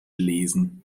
lesen